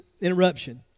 interruption